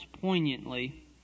poignantly